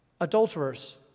adulterers